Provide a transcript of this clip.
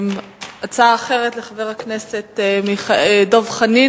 הצעה אחרת לחבר הכנסת דב חנין,